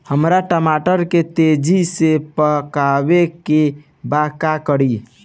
हमरा टमाटर के तेजी से पकावे के बा का करि?